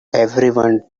everyone